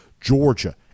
Georgia